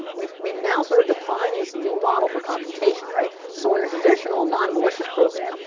we've we've now sort of defined this new model for computation, right. so in a traditional, non-malicious program,